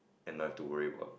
and I have to worry about